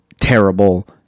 terrible